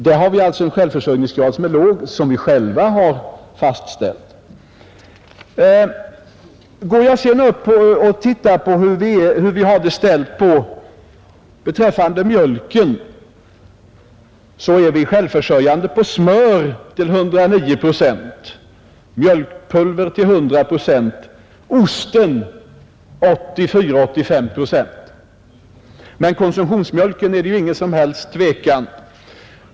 Här har vi alltså en låg självförsörjningsgrad som vi själva har fastställt. Går jag så över till att se hur vi har det ställt med mjölken, finner jag att vi är självförsörjande beträffande smör till 109 procent, mjölkpulver till 100 procent och ost till 84—85 procent. Konsumtionsmjölken är det inget som helst tvivel om.